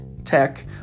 tech